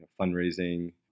fundraising